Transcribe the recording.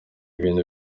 bintu